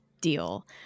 deal